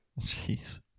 Jeez